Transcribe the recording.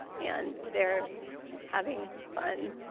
and their having fun